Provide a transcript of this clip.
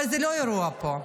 אבל זה לא האירוע פה.